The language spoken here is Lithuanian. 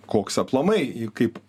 koks aplamai kaip